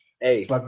Hey